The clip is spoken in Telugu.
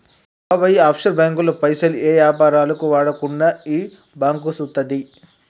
బాబాయ్ ఈ ఆఫ్షోర్ బాంకుల్లో పైసలు ఏ యాపారాలకు వాడకుండా ఈ బాంకు సూత్తది